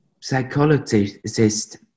psychologist